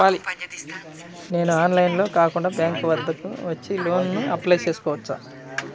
నేను ఆన్లైన్లో కాకుండా బ్యాంక్ వద్దకు వచ్చి లోన్ కు అప్లై చేసుకోవచ్చా?